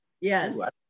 Yes